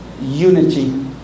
unity